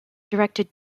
directed